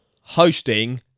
hosting